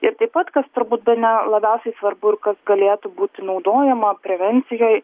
ir taip pat kas turbūt bene labiausiai svarbu ir kas galėtų būti naudojama prevencijai